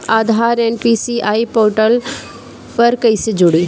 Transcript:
आधार NPCI portal पर कईसे जोड़ी?